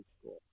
School